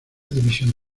división